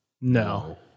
no